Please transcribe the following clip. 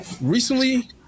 Recently